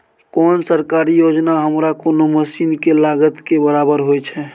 कोन सरकारी योजना हमरा कोनो मसीन के लागत के बराबर होय छै?